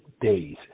days